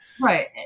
right